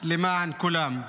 למען כולם.